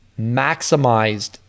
maximized